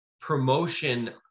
Promotion